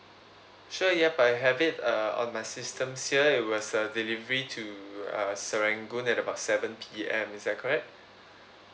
sure yup I have it uh on my system here it was a delivery to uh serangoon at about seven P_M is that correct